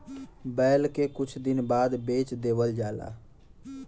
बैल के कुछ दिन बाद बेच देवल जाला